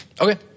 Okay